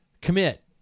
commit